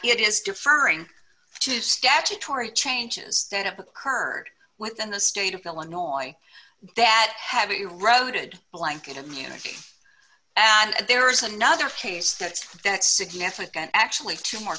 it is deferring to statutory changes that have occurred within the state of illinois that have eroded blanket immunity and there is another case that's that significant actually two more